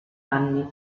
anni